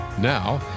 Now